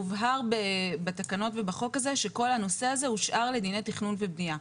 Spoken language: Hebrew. הובהר בתקנות ובחוק הזה שכל הנושא הזה הושאר לדיני תכנון ובנייה.